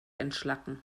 entschlacken